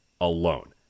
alone